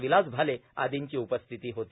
विलास भाले आदींची उपस्थिती होती